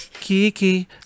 Kiki